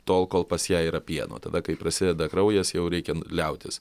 tol kol pas ją yra pieno tada kai prasideda kraujas jau reikia liautis